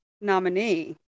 nominee